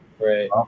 Right